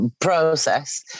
process